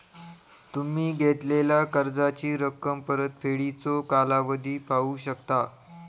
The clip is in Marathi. तुम्ही घेतलेला कर्जाची रक्कम, परतफेडीचो कालावधी पाहू शकता